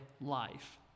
life